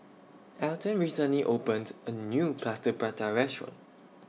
Alton recently opened A New Plaster Prata Restaurant